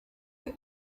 the